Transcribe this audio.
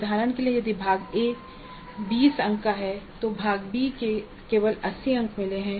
उदाहरण के लिए यदि भाग ए को 20 अंक मिले हैं तो भाग बी को केवल 80 अंक मिले हैं